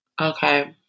Okay